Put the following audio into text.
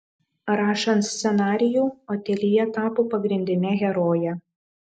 rašant scenarijų otilija tapo pagrindine heroje